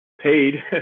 paid